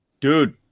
Dude